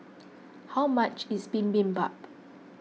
how much is Bibimbap